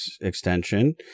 extension